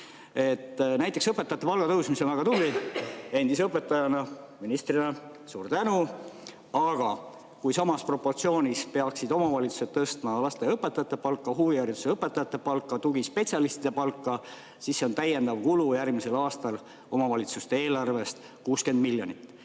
õpetajate palgatõus, mis on väga tubli – endise õpetajana, ministrina suur tänu –, aga kui samas proportsioonis peaksid omavalitsused tõstma lasteaiaõpetajate palka, huvihariduse õpetajate palka, tugispetsialistide palka, siis see on 60 miljonit täiendavat kulu järgmisel aastal omavalitsuste eelarvest.